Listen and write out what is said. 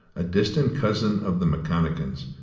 a distant cousin of the mcconachans,